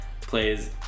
plays